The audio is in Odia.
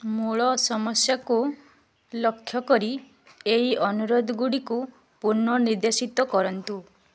ମୂଳ ସମସ୍ୟାକୁ ଲକ୍ଷ୍ୟ କରି ଏହି ଅନୁରୋଧ ଗୁଡ଼ିକୁ ପୁନଃନିର୍ଦ୍ଦେଶିତ କରନ୍ତୁ